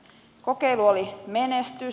kokeilu oli menestys